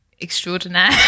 extraordinaire